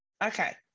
Okay